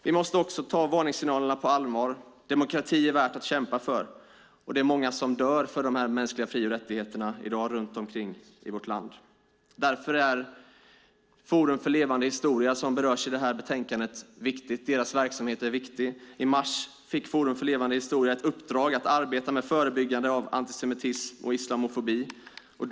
Vi måste ta varningssignalerna på allvar. Demokrati är värd att kämpa för. Det är många som dör för de mänskliga fri och rättigheterna i dag runt omkring i vårt land. Därför är Forum för levande historia, som berörs i betänkandet, viktigt. Deras verksamhet är viktig. I mars fick Forum för levande historia ett uppdrag att arbeta med förebyggande av antisemitism och islamofobi.